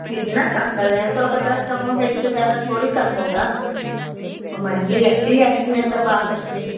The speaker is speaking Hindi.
कितना कम कर दें सौ पचास कम होगा इससे ज़्यादा थोड़ी कम होगा वह महँगी लकड़ी आती है सब बाहर से